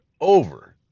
over